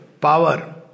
power